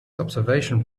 observation